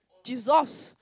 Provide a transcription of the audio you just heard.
jesus